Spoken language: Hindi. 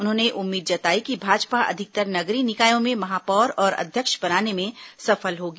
उन्होंने उम्मीद जताई कि भाजपा अधिकतर नगरीय निकायों में महापौर और अध्यक्ष बनाने में सफल होगी